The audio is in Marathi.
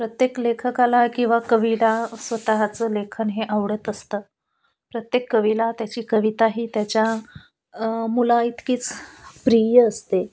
प्रत्येक लेखकाला किंवा कवीला स्वतःचं लेखन हे आवडत असतं प्रत्येक कवीला त्याची कविताही त्याच्या मुलाइतकीच प्रिय असते